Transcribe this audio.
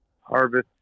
harvest